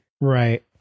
Right